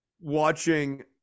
watching